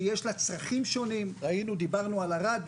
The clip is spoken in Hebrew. שיש לה צרכים שונים דיברנו על ערד.